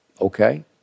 Okay